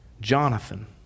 Jonathan